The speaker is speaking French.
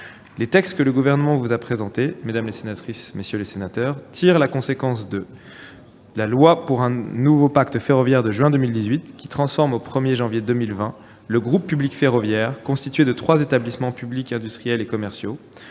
Les textes que le Gouvernement vous a présentés, mesdames, messieurs les sénateurs, tirent la conséquence de la loi du 27 juin 2018 pour un nouveau pacte ferroviaire, qui transforme au 1 janvier 2020 le groupe public ferroviaire constitué de trois établissements publics industriels et commerciaux,